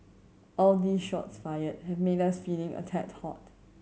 all these shots fired have made us feeling a tad hot